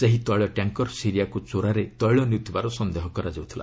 ସେହି ତୈଳ ଟ୍ୟାଙ୍କର ସିରିଆକୁ ଚୋରାରେ ତୈଳ ନେଉଥିବାର ସନ୍ଦେହ କରାଯାଉଥିଲା